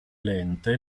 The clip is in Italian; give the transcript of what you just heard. lente